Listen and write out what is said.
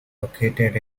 located